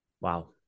wow